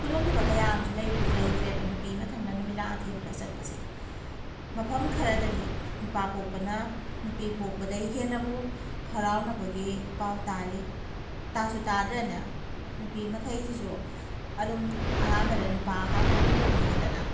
ꯈꯨꯗꯣꯡꯊꯤꯕ ꯀꯌꯥ ꯑꯃꯁꯨ ꯂꯩꯕꯨꯗꯤ ꯂꯩꯈ꯭ꯔꯦꯕ ꯅꯨꯄꯤ ꯃꯊꯟꯗ ꯅꯨꯃꯤꯗꯥꯡ ꯑꯊꯦꯡꯕꯗ ꯆꯠꯄꯁꯦ ꯃꯐꯝ ꯈꯔꯗꯗꯤ ꯅꯨꯄꯥ ꯄꯣꯛꯄꯅ ꯅꯨꯄꯤ ꯄꯣꯛꯄꯗꯩ ꯍꯦꯟꯅꯕꯨ ꯍꯔꯥꯎꯅꯕꯒꯤ ꯄꯥꯎ ꯇꯥꯔꯤ ꯇꯥꯁꯨ ꯇꯥꯗ꯭ꯔꯥꯅꯦ ꯅꯨꯄꯤꯃꯈꯩꯁꯤꯁꯨ ꯑꯗꯨꯝ ꯑꯍꯥꯟꯕꯗ ꯅꯨꯄꯥ ꯍꯥꯟꯅ ꯑꯗꯨꯝ ꯄꯣꯛꯅꯤꯡꯉꯤꯗꯅ